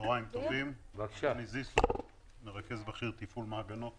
אני מרכז בכיר תפעול מעגנות